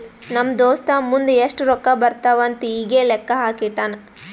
ನಮ್ ದೋಸ್ತ ಮುಂದ್ ಎಷ್ಟ ರೊಕ್ಕಾ ಬರ್ತಾವ್ ಅಂತ್ ಈಗೆ ಲೆಕ್ಕಾ ಹಾಕಿ ಇಟ್ಟಾನ್